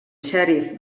xèrif